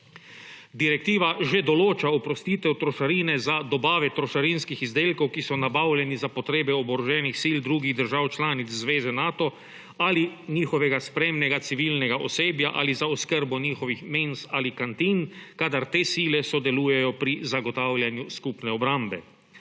Direktiva že določa oprostitev trošarine za dobave trošarinskih izdelkov, ki so nabavljeni za potrebe oboroženih sil drugih držav članic Zveze Nato ali njihovega spremnega civilnega osebja ali za oskrbo njihovih menz ali kantin, kadar te sile sodelujejo pri zagotavljanju skupne obrambe.